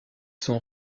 sont